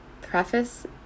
preface